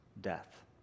death